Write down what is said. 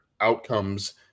outcomes